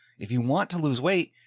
if you want to lose weight,